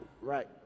right